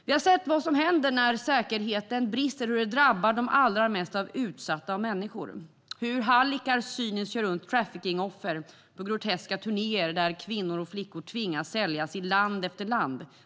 Vi har sett vad som händer när säkerheten brister och hur det drabbar de allra mest utsatta människorna, hur hallickar cyniskt kör runt traffickingoffer på groteska turnéer där kvinnor och flickor tvingas sälja sig i land efter land.